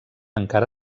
encara